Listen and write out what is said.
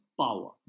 power